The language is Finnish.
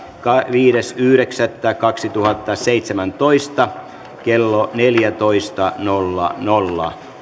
viides yhdeksättä kaksituhattaseitsemäntoista kello neljätoista nolla nolla